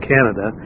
Canada